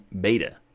Beta